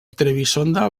trebisonda